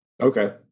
Okay